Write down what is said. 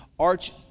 Arch